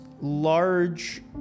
large